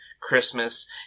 Christmas